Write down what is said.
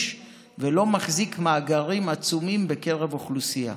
ולא מחזיק מאגרים עצומים בקרב האוכלוסייה.